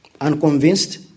unconvinced